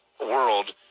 world